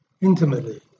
intimately